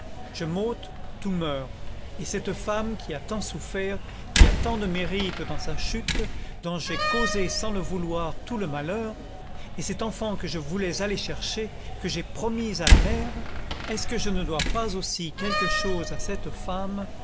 je m'ôte tout meurt et cette femme qui a tant souffert qui a tant de mérites dans sa chute dont j'ai causé sans le vouloir tout le malheur et cet enfant que je voulais aller chercher que j'ai promis à la mère est-ce que je ne dois pas aussi quelque chose à cette femme